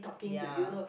ya